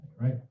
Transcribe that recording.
right